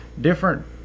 different